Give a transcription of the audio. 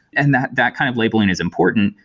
and that that kind of labeling is important.